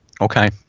Okay